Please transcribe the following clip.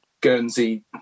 Guernsey